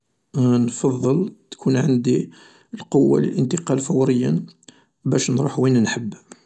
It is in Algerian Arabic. نفضل تكون عندي القوة على الانتقال فوريا باش نروح وين نحب